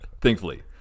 thankfully